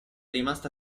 rimasta